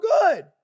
good